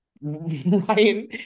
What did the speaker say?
Ryan